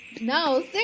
No